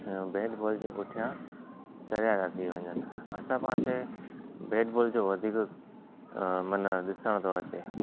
bat ball जे पुठियां चरियां था थी वञनि असां पासे बेट बॉल जो वधीक माना ॾिसणु थो अचे